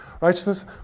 righteousness